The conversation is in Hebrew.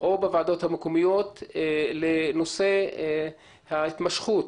או בוועדות המקומיות בנושא ההתמשכות